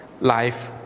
life